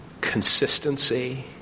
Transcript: consistency